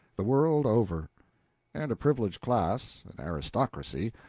the world over and a privileged class, an aristocracy,